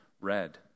read